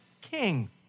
king